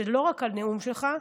לא רק בנאום שלך,